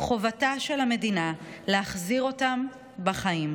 חובתה של המדינה להחזיר אותם בחיים,